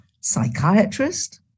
psychiatrist